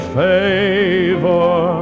favor